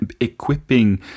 equipping